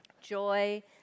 joy